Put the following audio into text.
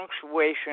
punctuation